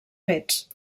fets